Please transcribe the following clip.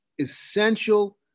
essential